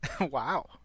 Wow